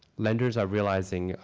lenders are realizing